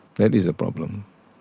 that is a problem.